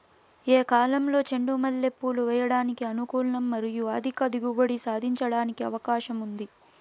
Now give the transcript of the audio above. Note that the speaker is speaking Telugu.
ఏ కాలంలో చెండు మల్లె పూలు వేయడానికి అనుకూలం మరియు అధిక దిగుబడి సాధించడానికి అవకాశం ఉంది?